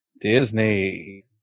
Disney